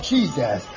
Jesus